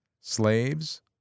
Slaves